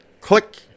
Click